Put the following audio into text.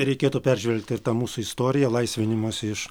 reikėtų peržvelgti ir tą mūsų istoriją laisvinimosi iš